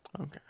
Okay